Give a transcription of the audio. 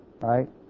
right